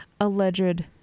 alleged